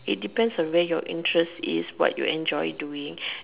it depends on what your interest is what you enjoy doing